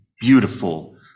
beautiful